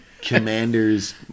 Commanders